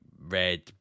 Red